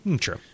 True